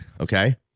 Okay